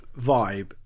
vibe